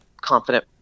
confident